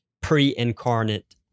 pre-incarnate